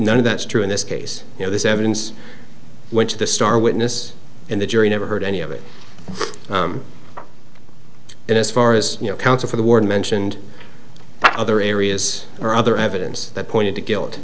none of that's true in this case you know this evidence went to the star witness and the jury never heard any of it and as far as you know counsel for the warren mentioned other areas or other evidence that pointed to guilt